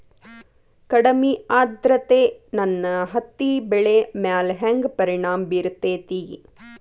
ಕಡಮಿ ಆದ್ರತೆ ನನ್ನ ಹತ್ತಿ ಬೆಳಿ ಮ್ಯಾಲ್ ಹೆಂಗ್ ಪರಿಣಾಮ ಬಿರತೇತಿ?